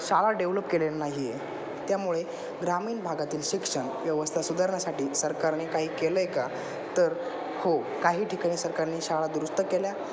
शाळा डेव्हलप केलेल्या नाही आहे त्यामुळे ग्रामीण भागातील शिक्षण व्यवस्था सुधारण्यासाठी सरकारने काही केलं आहे का तर हो काही ठिकाणी सरकारने शाळा दुरुस्त केल्या